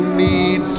need